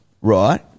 right